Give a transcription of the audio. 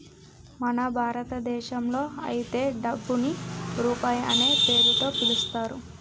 మన భారతదేశంలో అయితే డబ్బుని రూపాయి అనే పేరుతో పిలుత్తారు